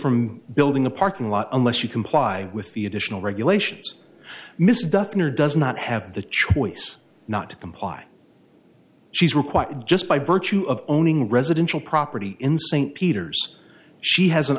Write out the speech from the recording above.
from building a parking lot unless you comply with the additional regulations miss dufner does not have the choice not to comply she's required just by virtue of owning residential property in st peters she has an